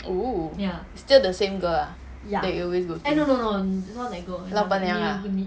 oh still the same girl ah that you always go to 老板娘 ah